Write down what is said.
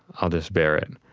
i'll just bear and